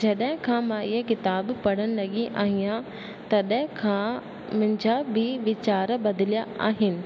जॾहिं खां मां इहे किताब पढ़ण लॻी आहियां तॾहिं खां मुंहिंजा बि वीचार बदिलिया आहिनि